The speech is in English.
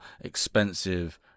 expensive